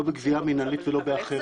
לא בגבייה מינהלית ולא באחרות.